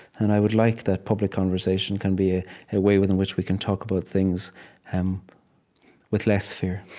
and i would like that public conversation can be a way within which we can talk about things um with less fear.